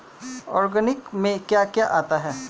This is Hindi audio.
ऑर्गेनिक में क्या क्या आता है?